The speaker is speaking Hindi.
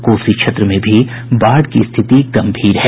कोसी क्षेत्र में भी बाढ़ की स्थिति गम्भीर है